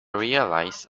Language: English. realized